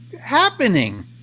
happening